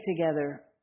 together